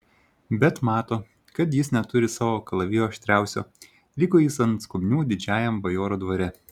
bet mato kad jis neturi savo kalavijo aštriausio liko jis ant skobnių didžiajam bajoro dvare